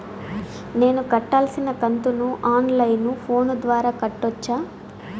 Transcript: నేను కట్టాల్సిన కంతును ఆన్ లైను ఫోను ద్వారా కట్టొచ్చా?